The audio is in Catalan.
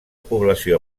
població